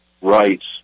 rights